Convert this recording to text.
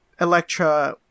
Electra